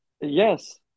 Yes